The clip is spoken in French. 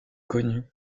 connue